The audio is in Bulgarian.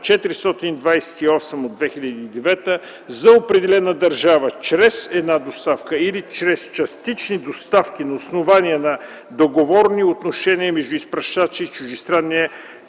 428/2009, за определена държава чрез една доставка или чрез частични доставки на основание на договорни отношения между изпращача и чуждестранния